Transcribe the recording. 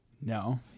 No